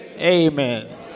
Amen